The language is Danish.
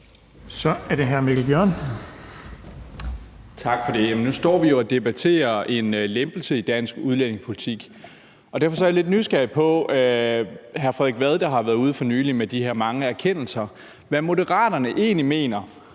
Kl. 18:40 Mikkel Bjørn (DF): Tak for det. Nu står vi jo og debatterer en lempelse i dansk udlændingepolitik, og derfor er jeg lidt nysgerrig på det, som hr. Frederik Vad for nylig har været ude med om de her mange erkendelser, altså hvad Moderaterne egentlig mener